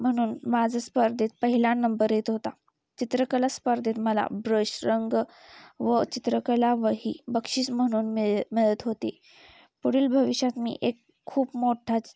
म्हणून माझा स्पर्धेत पहिला नंबर येत होता चित्रकला स्पर्धेत मला ब्रश रंग व चित्रकला वही बक्षीस म्हणून मिळ मिळत होती पुढील भविष्यात मी एक खूप मोठा